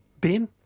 Ben